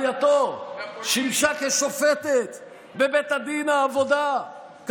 רעייתו שימשה כשופטת בבית הדין לעבודה,